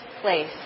place